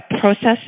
processes